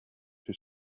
his